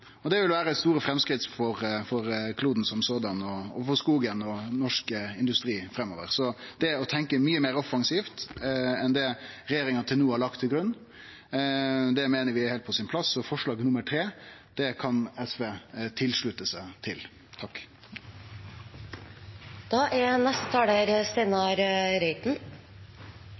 Det vil vere store framsteg for kloden, for skogen og for norsk industri framover. Så det å tenkje mykje meir offensivt enn det regjeringa til no har lagt til grunn, meiner vi er heilt på sin plass, og forslag nr. 3 kan SV slutte seg til. Det er